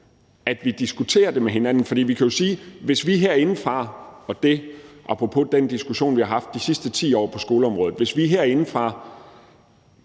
at vi diskuterer det med hinanden, for vi kan jo sige, at hvis vi herindefra – apropos den diskussion, vi har haft de sidste 10 år på skoleområdet – prøver